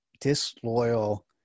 disloyal